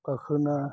गाखोना